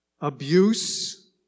abuse